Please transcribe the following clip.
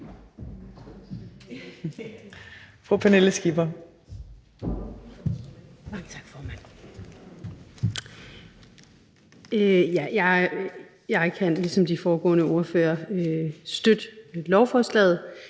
Jeg kan ligesom de foregående ordførere støtte lovforslaget.